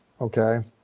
Okay